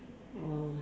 oh